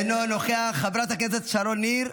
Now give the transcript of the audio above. אינו נוכח, חברת הכנסת שרון ניר,